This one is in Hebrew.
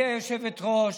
גברתי היושבת-ראש,